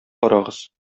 карагыз